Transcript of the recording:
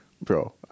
Bro